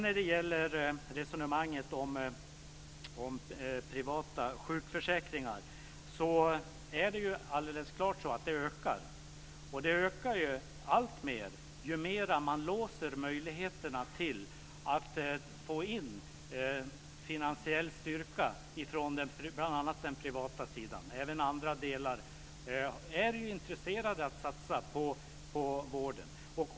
När det sedan gäller privata sjukförsäkringar är det alldeles klart att de ökar mer ju mer man låser möjligheterna att få in finansiell styrka från bl.a. den privata sidan. Även andra parter är intresserade av att satsa på vården.